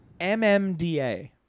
MMDA